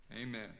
Amen